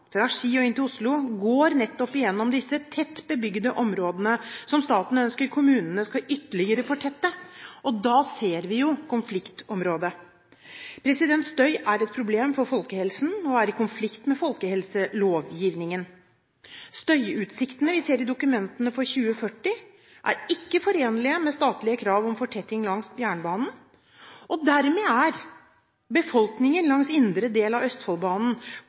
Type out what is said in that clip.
fra Ski og inn til Oslo, går nettopp gjennom disse tett bebygde områdene, som staten ønsker at kommunene skal fortette ytterligere. Da ser vi konfliktområdet: Støy er et problem for folkehelsen og er i konflikt med folkehelselovgivningen. Støyutsiktene vi ser i dokumentene for 2040 er ikke forenlige med statlige krav om fortetting langs jernbanen, og dermed er befolkningen langs indre del av Østfoldbanen